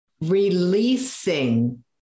releasing